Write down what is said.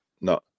no